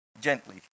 gently